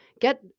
get